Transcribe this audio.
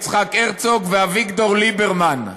יצחק הרצוג ואביגדור ליברמן,